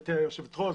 גברתי היושבת ראש,